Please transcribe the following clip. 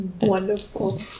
Wonderful